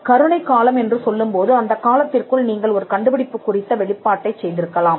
கருணைக் காலம் என்று சொல்லும்போது அந்தக் காலத்திற்குள் நீங்கள் ஒரு கண்டுபிடிப்பு குறித்த வெளிப்பாட்டைச் செய்திருக்கலாம்